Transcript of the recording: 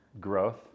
growth